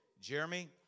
Jeremy